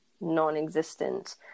non-existent